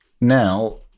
Now